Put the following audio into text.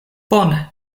bone